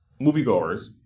moviegoers